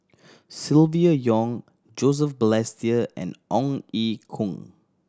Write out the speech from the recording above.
Silvia Yong Joseph Balestier and Ong Ye Kung